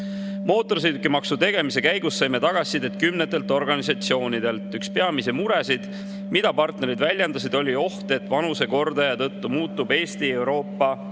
Mootorsõidukimaksu tegemise käigus saime tagasisidet kümnetelt organisatsioonidelt. Üks peamisi muresid, mida partnerid väljendasid, oli oht, et vanusekordaja tõttu muutub Eesti Euroopa